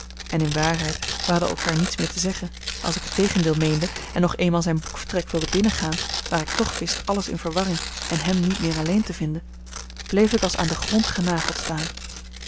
en in waarheid wij hadden elkaar niets meer te zeggen als ik het tegendeel meende en nog eenmaal zijn boekvertrek wilde binnengaan waar ik toch wist alles in verwarring en hem niet meer alleen te vinden bleef ik als aan den grond genageld staan